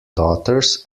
daughters